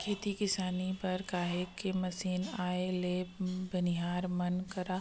खेती किसानी बर काहेच के मसीन आए ले बनिहार मन करा